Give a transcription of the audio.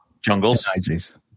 Jungles